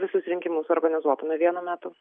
visus rinkimus organizuotume vienu metu